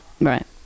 right